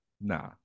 Nah